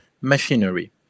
machinery